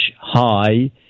high